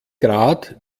grad